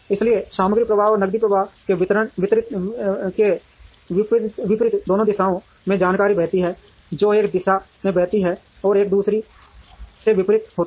इसलिए सामग्री प्रवाह और नकदी प्रवाह के विपरीत दोनों दिशाओं में जानकारी बहती है जो एक दिशा में बहती है और एक दूसरे के विपरीत होती है